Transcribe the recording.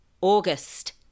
august